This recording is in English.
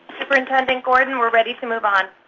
superintendent gordon, we're ready to move on.